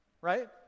right